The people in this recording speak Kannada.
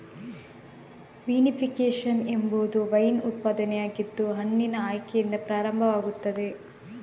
ವಿನಿಫಿಕೇಶನ್ ಎಂಬುದು ವೈನ್ ಉತ್ಪಾದನೆಯಾಗಿದ್ದು ಹಣ್ಣಿನ ಆಯ್ಕೆಯಿಂದ ಪ್ರಾರಂಭವಾಗುತ್ತದೆ